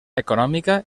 econòmica